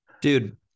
dude